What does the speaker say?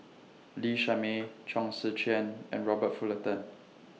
Lee Shermay Chong Tze Chien and Robert Fullerton